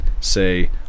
say